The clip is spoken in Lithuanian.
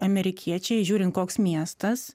amerikiečiai žiūrint koks miestas